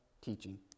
teaching